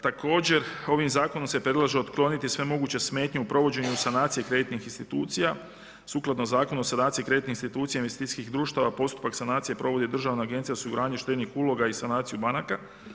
Također ovim zakonom se predlaže otkloniti sve moguće smetnje u provođenju sanacije kreditnih institucija sukladno Zakonu o sanaciji kreditnih institucija, investicijskih društava postupak sanacije provodi Državna agencija o osiguranju štednih uloga i sanaciju banaka.